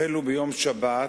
החלו ביום שבת,